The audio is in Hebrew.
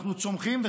אנחנו צומחים,